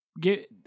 get